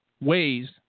ways